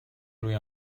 روی